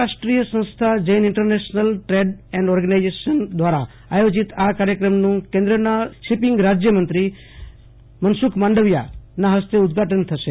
આંતરરાષ્ટ્રીય સંસ્થા Jain international trade and organisation દ્વારા આયોજિત આ કાર્યક્રમનું કેન્દ્રના શીપીંગ રાજ્યમંત્રી મનસુખ માંડવીયાના હસ્તે ઉદ્વાટન થશે